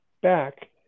back